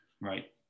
Right